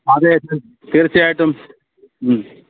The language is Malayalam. അതെ ച് തീർച്ചയായിട്ടും